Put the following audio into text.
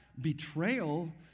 betrayal